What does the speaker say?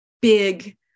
big